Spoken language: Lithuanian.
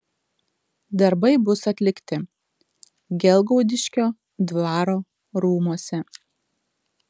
darbai bus atlikti gelgaudiškio dvaro rūmuose